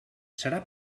serà